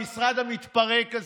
המשרד המתפרק הזה,